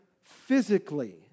physically